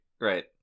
Right